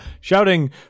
shouting